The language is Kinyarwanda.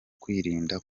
kwirinda